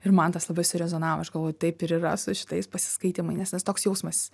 ir man tas labai surezonavo aš galvoju taip ir yra su šitais pasiskaitymai nes tas toks jausmas